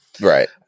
Right